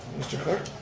mr. clerk?